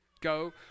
go